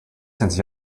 since